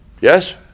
Yes